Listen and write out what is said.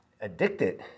addicted